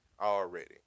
already